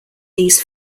these